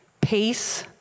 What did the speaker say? peace